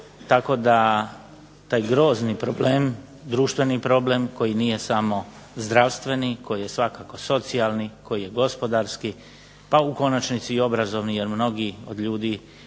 tako da taj grozni problem, društveni problem koji nije samo zdravstveni, koji je svakako socijalni, koji je gospodarski, pa u konačnici i obrazovni jer mnogi od ljudi